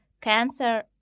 cancer